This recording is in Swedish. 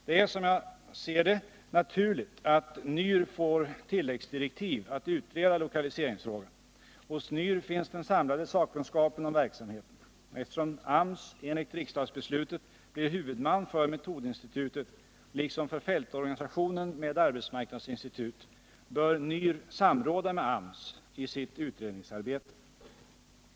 Det är, som jag ser det, naturligt att NYR får tilläggsdirektiv att utreda lokaliseringsfrågan. Hos NYR finns den samlade sakkunskapen om verksamheten. Eftersom AMS enligt riksdagsbeslutet blir huvudman för metodinstitutet — liksom för fältorganisationen med arbetsmarknadsinstitut — bör NYR samråda med AMS i sitt utredningsarbete.